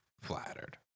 Flattered